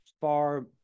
far